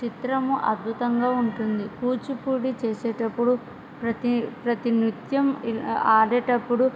చిత్రము అద్భుతంగా ఉంటుంది కూచిపూడి చేసేటప్పుడు ప్రతి ప్రతి నృత్యం ఆడేటప్పుడు